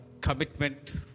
commitment